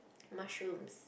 mushrooms